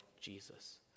Jesus